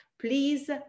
please